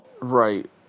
Right